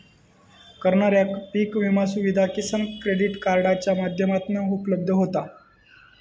करणाऱ्याक पीक विमा सुविधा किसान क्रेडीट कार्डाच्या माध्यमातना उपलब्ध होता